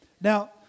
Now